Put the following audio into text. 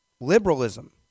Liberalism